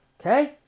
Okay